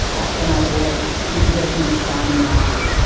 but then i would always keep working on the side in the arts.